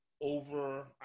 over –